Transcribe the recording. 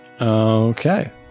Okay